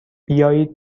بیاید